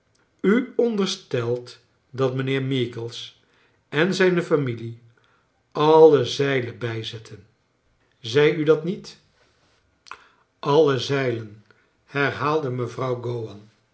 u onderstelt dat mijnheer meagles en zijne f ami lie alle zeilen bijzetten zei u dat niet alle zeilen herhaalde mevrouw